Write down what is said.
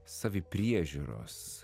savi priežiūros